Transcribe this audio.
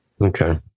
Okay